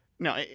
No